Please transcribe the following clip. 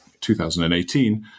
2018